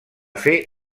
fer